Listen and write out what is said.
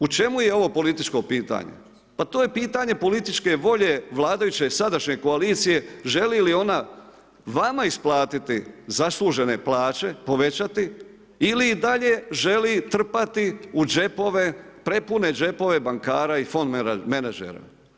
U čemu je ovo političko pitanje, pa to je pitanje političke volje vladajuće sadašnje koalicije želi li ona vama isplatiti zaslužene plaće, povećati ili i dalje želi trpati u džepove prepune džepove bankara i fond menadžera.